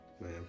Man